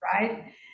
right